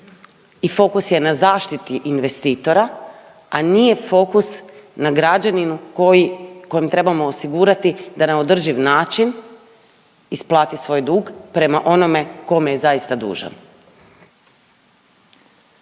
i fokus je na zaštiti investitora, a nije fokus na građaninu koji, kojem trebamo osigurati da na održiv način isplati svoj dug prema onome kome je zaista dužan.